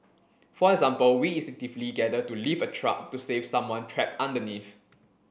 for example we instinctively gather to lift a truck to save someone trapped underneath